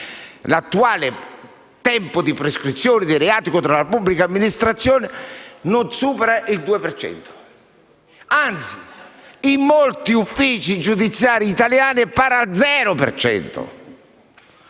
L'attuale tempo di prescrizione dei reati contro la pubblica amministrazione non supera il 2 per cento. Anzi, in molti uffici giudiziari italiani è pari allo